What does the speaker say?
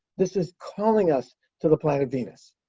this is calling us to the planet venus.